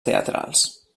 teatrals